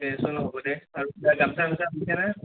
দেচোন হ'ব দে আৰু কিবা গামছা ছামছা বৈছা নে